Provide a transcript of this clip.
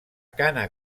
cana